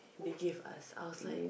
they gave us I was like